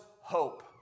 hope